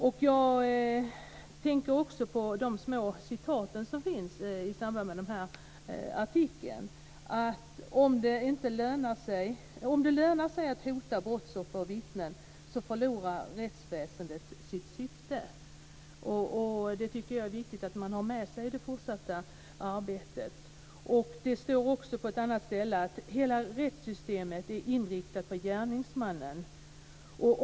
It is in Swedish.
I anslutning till artikeln finns några citat, bl.a. det här: "Om det lönar sig att hota brottsoffer och vittnen förlorar rättsväsendet sitt syfte." Det är viktigt att ha det med sig i det fortsatta arbetet. Det står på ett annat ställe: "Hela rättssystemet är inriktat på gärningsmannen.